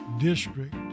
district